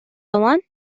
one